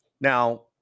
Now